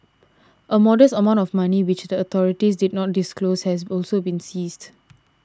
a modest amount of money which the authorities did not disclose has also been seized